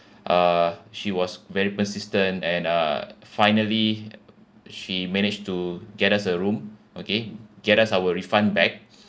uh she was very persistent and uh finally she managed to get us a room okay get us our refund back